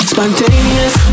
Spontaneous